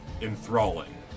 enthralling